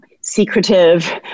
secretive